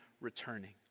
returning